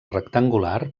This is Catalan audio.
rectangular